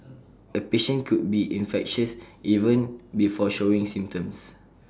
A patient could be infectious even before showing symptoms